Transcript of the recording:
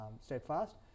Steadfast